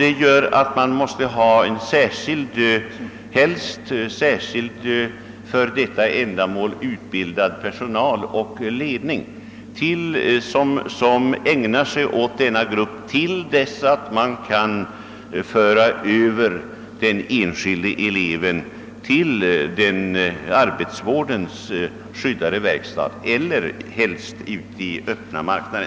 Detta gör att man helst bör ha särskilt för detta ändamål utbildad personal och ledning, som med särskild omsorg äg nar sig åt denna grupp till dess att man kan föra över den enskilde eleven till arbetsvårdens skyddade verkstad eller ut i öppna marknaden.